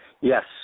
Yes